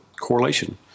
correlation